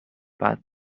but